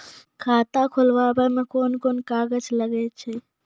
खाता खोलावै मे कोन कोन कागज लागै छै?